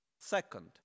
Second